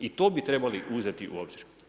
I to bi trebali uzeti u obzir.